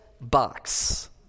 Box